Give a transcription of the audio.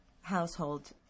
household